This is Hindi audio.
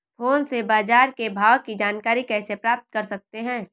फोन से बाजार के भाव की जानकारी कैसे प्राप्त कर सकते हैं?